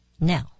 Now